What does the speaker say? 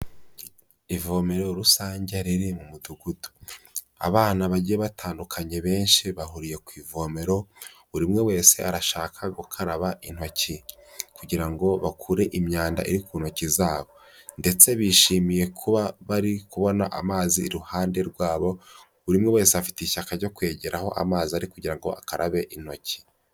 Ivomero rusange riri mu mudugudu, abana bagiye batandukanye benshi bahuriye ku ivomero, buri umwe wese arashaka gukaraba intoki, kugirango bakure imyanda iri ku ntoki zabo, ndetse bishimiye kuba bari kubona amazi iruhande rwabo, buri umwe wese afite ishyaka ryo kwegeraho amazi ari kugira ngo akarabe intoki.